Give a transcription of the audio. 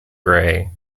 grey